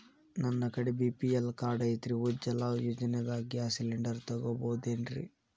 ನನ್ನ ಕಡೆ BPL card ಐತ್ರಿ, ಉಜ್ವಲಾ ಯೋಜನೆದಾಗ ಗ್ಯಾಸ್ ಸಿಲಿಂಡರ್ ತೊಗೋಬಹುದೇನ್ರಿ?